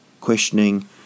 questioning